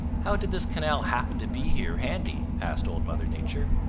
how did this canal happen to be here handy? asked old mother nature.